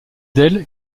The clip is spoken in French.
d’elle